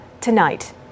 tonight